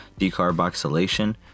decarboxylation